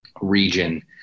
region